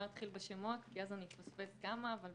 אנחנו